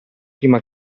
prima